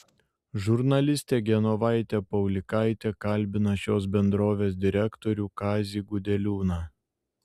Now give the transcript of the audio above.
žurnalistė genovaitė paulikaitė kalbina šios bendrovės direktorių kazį gudeliūną